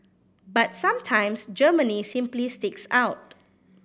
but sometimes Germany simply sticks out